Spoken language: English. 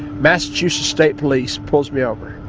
massachusetts state police pulls me over.